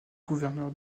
gouverneur